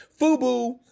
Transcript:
FUBU